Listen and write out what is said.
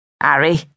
Harry